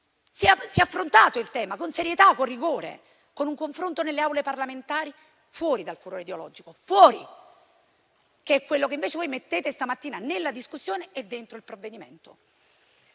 Si è affrontato il tema con serietà e con rigore, con un confronto nelle Aule parlamentari, fuori dal furore ideologico, che è quello che invece voi mettete questa mattina nella discussione e dentro il provvedimento.